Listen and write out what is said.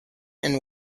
and